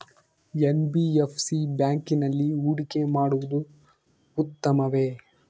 NBFC ಬ್ಯಾಂಕಿನಲ್ಲಿ ಹೂಡಿಕೆ ಮಾಡುವುದು ಉತ್ತಮವೆ?